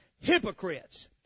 hypocrites